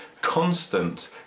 constant